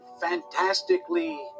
fantastically